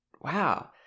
wow